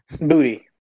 Booty